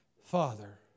Father